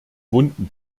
wunden